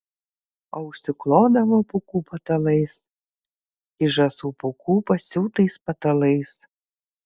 o užsiklodavo pūkų patalais iš žąsų pūkų pasiūtais patalais